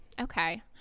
Okay